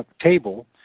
table